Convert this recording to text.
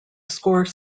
score